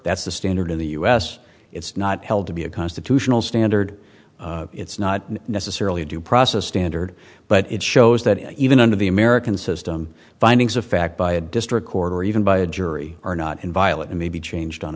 that's the standard in the u s it's not held to be a constitutional standard it's not necessarily a due process standard but it shows that even under the american system findings of fact by a district court or even by a jury are not inviolate and may be changed on